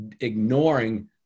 ignoring